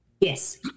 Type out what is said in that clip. Yes